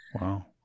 Wow